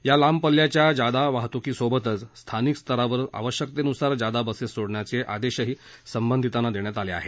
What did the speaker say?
या लांब पल्ल्याच्या जादा वाहतूकीसोबतच स्थानिक स्तरावर आवश्यकतेनुसार जादा बसेस सोडण्याचे आदेशही संबंधितांना देण्यात आले आहेत